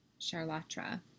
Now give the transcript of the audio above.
Charlatra